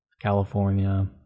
California